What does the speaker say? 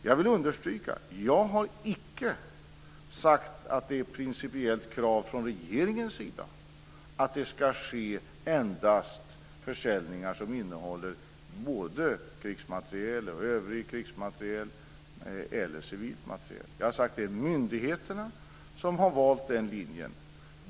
Jag vill understryka att jag icke har sagt att det är ett principiellt krav från regeringens sida att det endast ska ske försäljningar som innehåller både krigsmateriel och civilt materiel. Jag har sagt att det är myndigheterna som har valt den linjen.